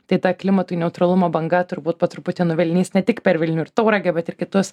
tai ta klimatui neutralumo banga turbūt po truputį nuvilnys ne tik per vilnių ir tauragę bet ir kitus